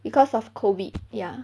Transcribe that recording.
because of COVID ya